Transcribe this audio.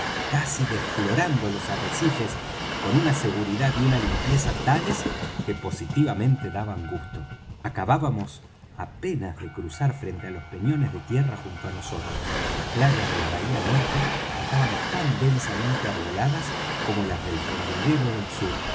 casi desflorando los arrecifes con una seguridad y una limpieza tales que positivamente daban gusto acabábamos apenas de cruzar frente á los peñones de tierra junto á nosotros las playas de la bahía norte estaban tan densamente arboladas como las del fondeadero del sur